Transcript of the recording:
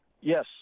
yes